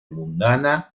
mundana